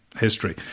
history